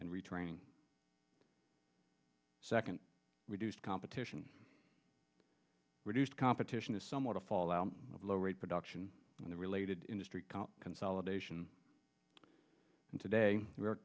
and retraining second reduced competition reduced competition is somewhat a fallout of low rate production and the related industry consolidation and today we